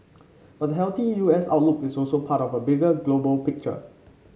but the healthy U S outlook is also part of a bigger global picture